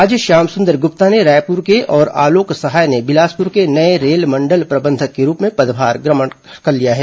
आज श्यामसुंदर गुप्ता ने रायपुर के और आलोक सहाय ने बिलासपुर के नये रेल मंडल प्रबंधक के रूप में पदभार ग्रहण कर लिया है